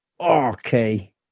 Okay